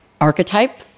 archetype